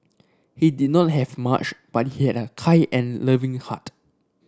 he did not have much but he had a kind and loving heart